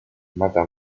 mata